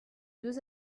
deux